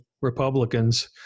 Republicans